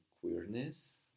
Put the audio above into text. queerness